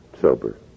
sober